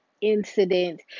incident